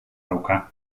dauka